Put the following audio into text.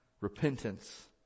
repentance